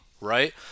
right